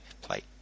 play